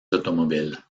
automobiles